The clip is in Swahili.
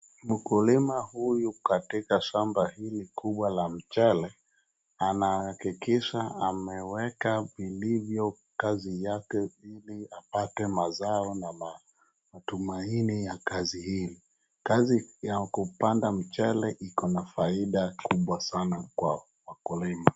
Mkulima huyu katika shamba kubwa la mchele. Kazi ya mchele iko na faida kubwa kwa mkulima.